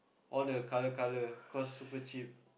all the colour colour cause super cheap